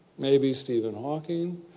maybe stephen hawking,